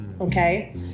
Okay